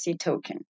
token